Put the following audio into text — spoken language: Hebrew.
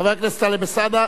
חבר הכנסת טלב אלסאנע,